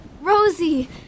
Rosie